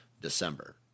December